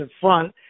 front